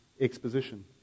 exposition